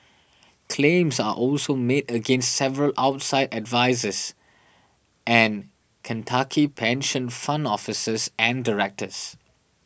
claims are also made against several outside advisers and Kentucky pension fund officers and directors